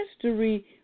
history